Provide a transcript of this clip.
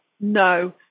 no